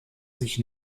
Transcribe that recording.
sich